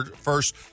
first